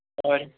ਹੋਰ